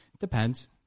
Depends